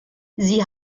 sie